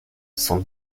sont